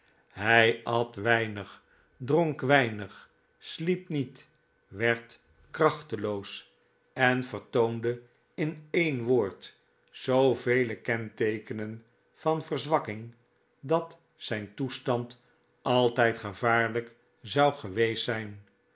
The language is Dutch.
hij at weinig dronk weinig sliep niet werd krachteloos en vertoonde in een woord zoo vele kenteekenen van verzwakking dat zijn toestand altijd gevaarlijk zou geweest zijn